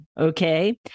Okay